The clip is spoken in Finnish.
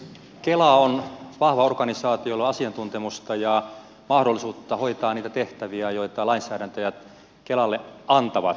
kela on vahva organisaatio jolla on asiantuntemusta ja mahdollisuutta hoitaa niitä tehtäviä joita lainsäätäjät kelalle antavat